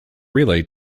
relay